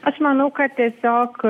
aš manau kad tiesiog